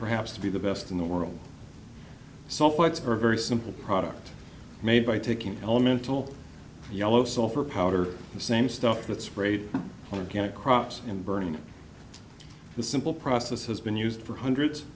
perhaps to be the best in the world sulfites are very simple product made by taking elemental yellow sulfur powder the same stuff that sprayed on a can of crops and burning the simple process has been used for hundreds